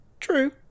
True